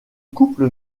couple